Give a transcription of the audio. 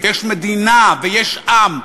ויש מדינה, ויש עם,